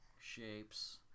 shapes